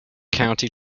county